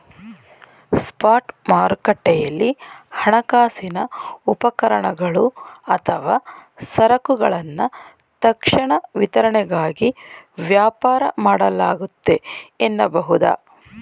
spot ಮಾರುಕಟ್ಟೆಯಲ್ಲಿ ಹಣಕಾಸಿನ ಉಪಕರಣಗಳು ಅಥವಾ ಸರಕುಗಳನ್ನ ತಕ್ಷಣ ವಿತರಣೆಗಾಗಿ ವ್ಯಾಪಾರ ಮಾಡಲಾಗುತ್ತೆ ಎನ್ನಬಹುದು